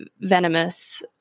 venomous